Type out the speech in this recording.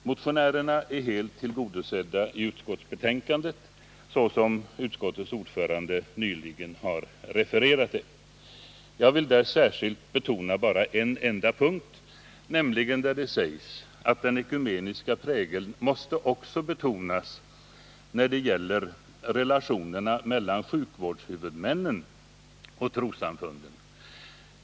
Motionärerna är helt tillgodosedda i utskottsbetänkandet, såsom utskottets ordförande nyligen har refererat. Jag vill särskilt framhålla en enda punkt i betänkandet, nämligen den där det sägs att den ekumeniska prägeln också måste betonas när det gäller relationerna mellan sjukvårdshuvudmännen och trossamfunden.